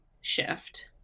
shift